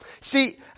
see